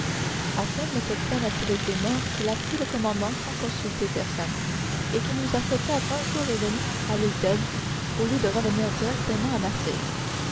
à peine le capitaine a-t-il été mort qu'il a pris le commandement sans consulter personne et qu'il nous a fait perdre un jour et demi à l'île d'elbe au lieu de revenir directement à marseille